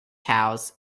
house